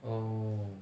oh